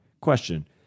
Question